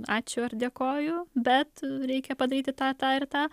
ačiū ar dėkoju bet reikia padaryti tą tą ir tą